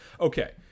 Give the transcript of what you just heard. Okay